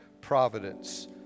providence